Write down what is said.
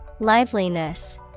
Liveliness